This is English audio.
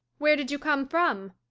where did you come from?